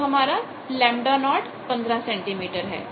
तो हमारा λ0 15 सेंटीमीटर है